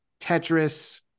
Tetris